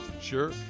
Sure